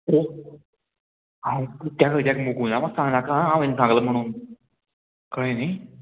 हांव त्या खंय त्या मुकुनाक मात म्हाका सांगनाका हांवेंन सांगलां म्हणून कळ्ळें न्ही